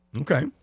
Okay